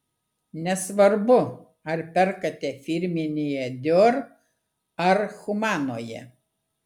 nesvarbu ar perkate firminėje dior ar humanoje